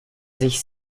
sich